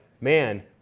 man